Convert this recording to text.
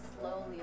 slowly